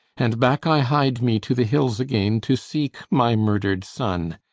and back i hied me to the hills again to seek my murdered son.